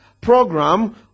program